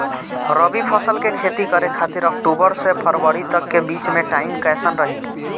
रबी फसल के खेती करे खातिर अक्तूबर से फरवरी तक के बीच मे टाइम कैसन रही?